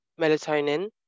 melatonin